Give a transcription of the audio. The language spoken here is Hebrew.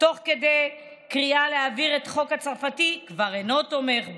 תוך כדי קריאה להעביר את החוק הצרפתי כבר אינו תומך בו,